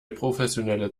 professionelle